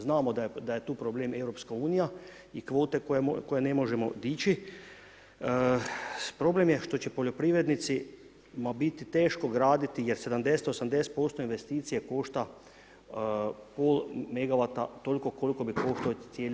Znamo da je tu problem EU i kvote koje ne možemo dići, problem je što će poljoprivrednicima biti teško graditi, jer 70, 80% investicije košta pol megawata, toliko koliko bi koštao cijeli megawat.